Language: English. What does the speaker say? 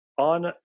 On